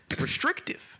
restrictive